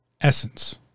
essence